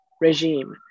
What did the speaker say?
regime